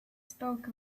spoke